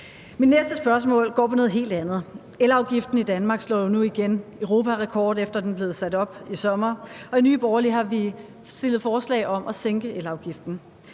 Mit næste spørgsmål går på noget helt andet. Elafgiften i Danmark slår jo nu igen europarekord, efter den blev sat op i sommer, og i Nye Borgerlige har vi stillet forslag om at sænke elafgiften.